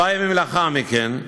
כמה ימים לאחר מכן,